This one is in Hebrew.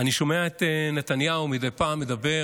אני שומע את נתניהו מדי פעם מדבר